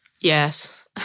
Yes